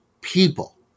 people